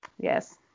yes